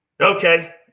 Okay